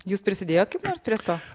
jūs prisidėjot kaip nors prie to